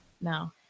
no